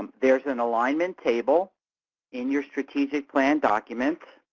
there is an alignment table in your strategic plan document,